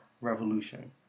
revolution